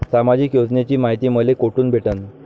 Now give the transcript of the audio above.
सामाजिक योजनेची मायती मले कोठून भेटनं?